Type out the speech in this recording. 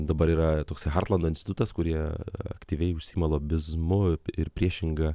dabar yra toks hartlando institutas kurie aktyviai užsiima lobizmu ir priešinga